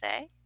say